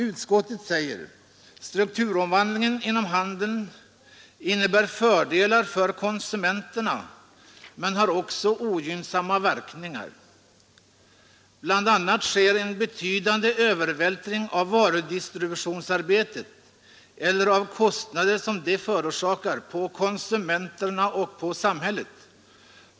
Utskottet säger: ”Strukturomvandlingen inom handeln innebär fördelar för konsumenterna men har också ogynnsamma verkningar. Bland annat sker en betydande övervältring av varudistributionsarbetet — eller av kostnader som det förorsakar — på konsumenterna och på samhället.